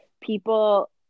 people